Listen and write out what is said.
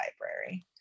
library